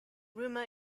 rumor